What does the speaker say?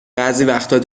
وقتها